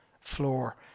floor